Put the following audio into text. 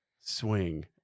swing